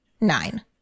nine